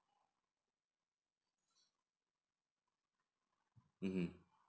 mmhmm